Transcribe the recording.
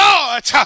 Lord